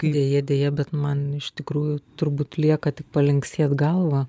deja deja bet man iš tikrųjų turbūt lieka tik palinksėt galva